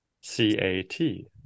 c-a-t